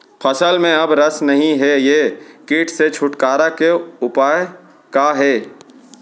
फसल में अब रस नही हे ये किट से छुटकारा के उपाय का हे?